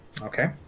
Okay